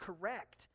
correct